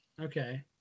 okay